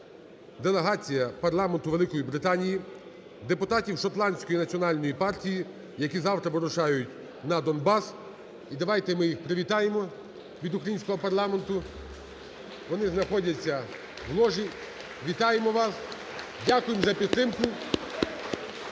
делегація парламенту Великої Британії. Депутатів шотландської національної партії, які завтра вирушають на Донбас. І давайте ми їх привітаємо від українського парламенту, вони знаходяться в ложі. Вітаємо вас! Дякуємо за підтримку.